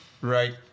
right